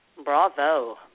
Bravo